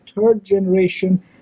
third-generation